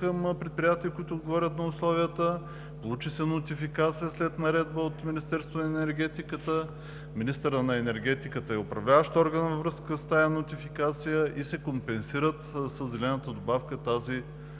към предприятията, които отговарят на условията. Получи се нотификация след Наредба от Министерството на енергетиката – министърът на енергетиката е управляващ орган във връзка с тази нотификация, и тази индустрия се компенсира със зелената добавка, тези